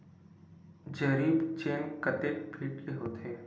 जरीब चेन कतेक फीट के होथे?